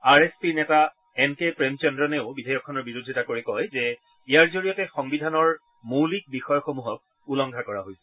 R S পিৰ নেতা N K প্ৰেমচন্দ্ৰনেও বিধেয়কখনৰ বিৰোধিতা কৰি কয় যে ইয়াৰ জৰিয়তে সংবিধানৰ মৌলিক বিষযসমূহক উলংঘা কৰা হৈছে